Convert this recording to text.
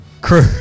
crew